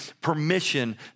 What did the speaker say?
permission